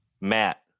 Matt